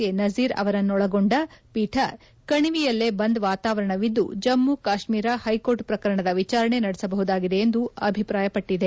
A Nazeer ಅವರನ್ನೊಳಗೊಂಡ ಪೀಠ ಕಣಿವೆಯಲ್ಲೇ ಬಂದ್ ವಾತಾವರಣವಿದ್ದು ಜಮ್ಮ ಕಾಶ್ಮೀರ ಹೈಕೋರ್ಟ್ ಪ್ರಕರಣದ ವಿಚಾರಣೆ ನಡೆಸಬಹುದಾಗಿದೆ ಎಂದು ಅಭಿಪ್ರಾಯಪಟ್ಟದೆ